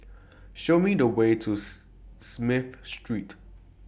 Show Me The Way to Smith Street